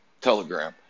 telegram